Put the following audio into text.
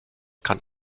kann